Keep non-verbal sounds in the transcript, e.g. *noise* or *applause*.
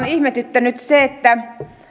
*unintelligible* ihmetyttänyt se että